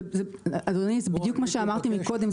אדוני, זה בדיוק מה שאמרתי מקודם.